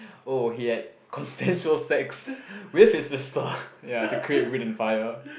oh he had consensual sex with his sister ya to create wind and fire